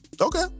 Okay